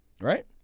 Right